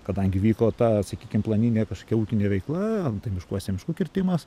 kadangi vyko ta sakykim planinė kažkokia ūkinė veikla antai miškuose miškų kirtimas